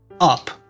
up